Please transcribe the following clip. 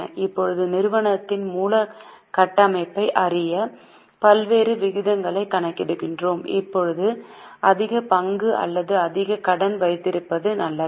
இப்போது நிறுவனத்தின் மூலதன கட்டமைப்பை அறிய பல்வேறு விகிதங்களை கணக்கிடுகிறோம் இப்போது அதிக பங்கு அல்லது அதிக கடன் வைத்திருப்பது நல்லதா